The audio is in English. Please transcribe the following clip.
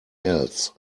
else